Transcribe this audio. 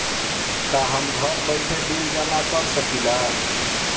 का हम घर बइठे बिल जमा कर शकिला?